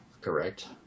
correct